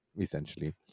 essentially